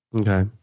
Okay